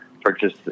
purchase